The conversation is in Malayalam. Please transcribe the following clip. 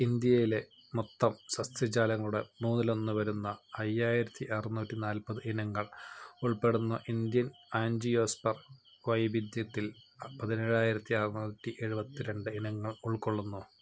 ഇന്ത്യയിലെ മൊത്തം സസ്യജാലങ്ങളുടെ മൂന്നിലൊന്ന് വരുന്ന അയ്യായിരത്തി അറുനൂറ്റി നാൽപത് ഇനങ്ങൾ ഉൾപ്പെടുന്ന ഇന്ത്യൻ ആൻജിയോസ്പ്രം വൈവിധ്യത്തിൽ പതിനേഴായിരത്തി അറുന്നൂറ്റി എഴുപത്തി രണ്ട് ഇനങ്ങൾ ഉൾക്കൊള്ളുന്നു